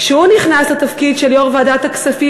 כשהוא נכנס לתפקיד של יו"ר ועדת הכספים